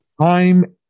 time